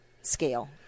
scale